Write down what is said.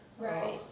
Right